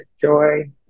joy